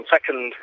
Second